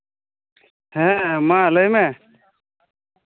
ᱦᱮᱸ ᱢᱟ ᱞᱟᱹᱭ ᱢᱮ